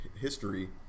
history